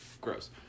Gross